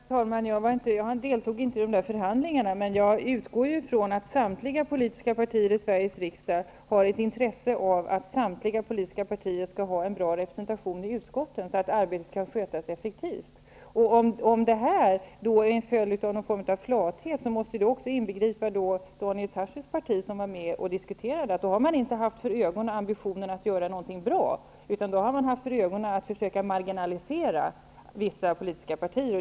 Herr talman! Jag deltog inte i de där förhandlingarna, men jag utgår ifrån att samtliga politiska partier i Sveriges riksdag har intresse av att samtliga politiska partier skall ha en bra representation i utskotten, så att arbetet kan skötas effektivt. Om nuvarande förhållanden beror på någon form av flathet, måste det även bero på Daniel Tarschys parti, som var med och diskuterade det hela. Man kan inte ha haft för ögonen att göra något bra, utan i stället har man haft för ögonen att försöka marginalisera vissa politiska partier.